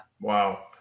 Wow